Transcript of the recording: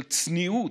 של צניעות,